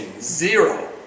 zero